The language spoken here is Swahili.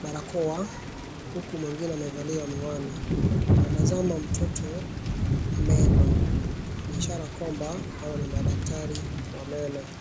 barakoa huku mwingine amevalia miwani. Wanatazama mtoto meno ni ishara kwamba hawa ni madaktari wa meno.